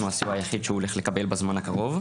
הסיוע היחיד שהוא הולך לקבל בזמן הקרוב.